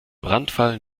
brandfall